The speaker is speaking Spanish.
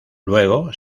luego